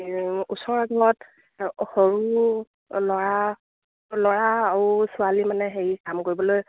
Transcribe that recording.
ওচৰ এঘৰত সৰু ল'ৰা ল'ৰা আৰু ছোৱালী মানে হেৰি কাম কৰিবলৈ